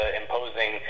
imposing